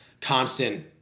constant